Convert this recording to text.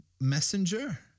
messenger